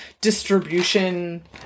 distribution